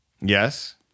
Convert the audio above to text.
Yes